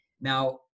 Now